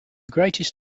greatest